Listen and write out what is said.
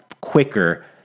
quicker